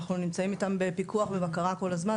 אנחנו נמצאים איתם בפיקוח ובקרה כל הזמן,